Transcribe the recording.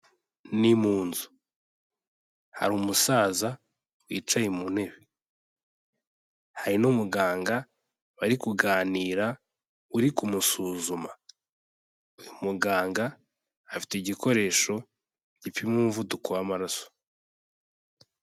Ni mu nzu. Hari umusaza wicaye mu ntebe. Hari n'umuganga bari kuganira uri kumusuzuma. Uyu muganga afite igikoresho gipima umuvuduko w'amaraso.